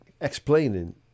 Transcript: explaining